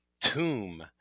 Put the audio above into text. tomb